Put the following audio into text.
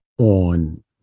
on